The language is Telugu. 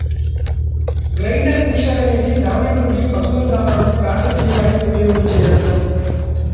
గ్రైండర్ మిక్సర్ అనేది ధాన్యం నుండి పశువుల దాణాను ప్రాసెస్ చేయడానికి ఉపయోగించే యంత్రం